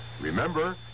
Remember